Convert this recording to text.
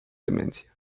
demencia